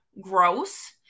gross